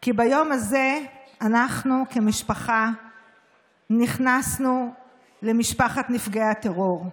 כי ביום הזה אנחנו כמשפחה נכנסנו למשפחת נפגעי הטרור.